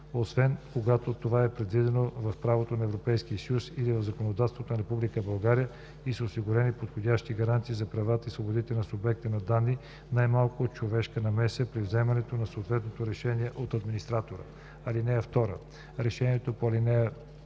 освен когато това е предвидено в правото на Европейския съюз или в законодателството на Република България и са осигурени подходящи гаранции за правата и свободите на субекта на данните, най-малко човешка намеса при вземането на съответното решение от администратора. (2) Решенията по ал.